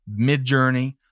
Midjourney